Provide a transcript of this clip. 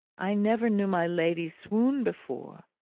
i never knew my lady swoon before.